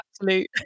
absolute